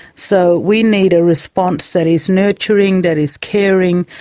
so we need a response that is nurturing, that is caring,